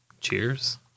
Cheers